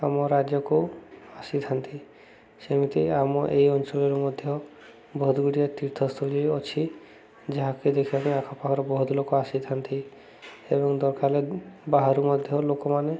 ଆମ ରାଜ୍ୟକୁ ଆସିଥାନ୍ତି ସେମିତି ଆମ ଏଇ ଅଞ୍ଚଳରେ ମଧ୍ୟ ବହୁତ ଗୁଡ଼ିଏ ତୀର୍ଥସ୍ଥଳୀ ଅଛି ଯାହାକି ଦେଖିବା ପାଇଁ ଆଖପାଖରେ ବହୁତ ଲୋକ ଆସିଥାନ୍ତି ଏବଂ ଦରକାର ହେଲେ ବାହାରୁ ମଧ୍ୟ ଲୋକମାନେ